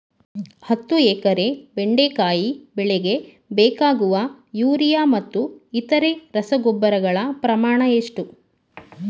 ಹತ್ತು ಎಕರೆ ಬೆಂಡೆಕಾಯಿ ಬೆಳೆಗೆ ಬೇಕಾಗುವ ಯೂರಿಯಾ ಮತ್ತು ಇತರೆ ರಸಗೊಬ್ಬರಗಳ ಪ್ರಮಾಣ ಎಷ್ಟು?